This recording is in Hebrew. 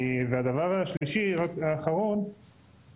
והדבר השלישי והאחרון,